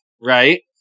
right